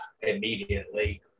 immediately